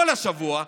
כל השבוע,